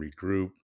regroup